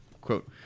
quote